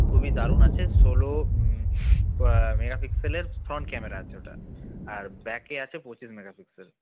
খুবই দারুণ আছে ষোলো মেগাপিক্সেলের ফ্রন্ট ক্যামেরা আছে ওটার আর ব্যাকে আছে পঁচিশ মেগাপিক্সেল